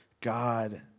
God